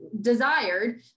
desired